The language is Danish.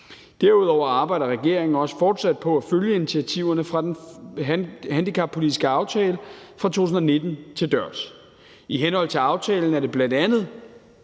Derudover arbejder regeringen også fortsat på at følge initiativerne fra den handicappolitiske aftale fra 2019 til dørs. I henhold til aftalen er der bl.a.